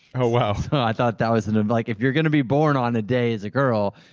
oh well. i thought that was in. ah like if you're going to be born on a day as a girl,